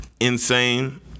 Insane